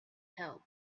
help